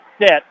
sit